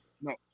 No